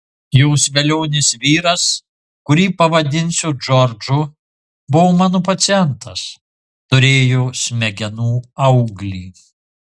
jos velionis vyras kurį pavadinsiu džordžu buvo mano pacientas turėjo smegenų auglį